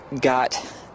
got